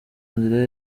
nzira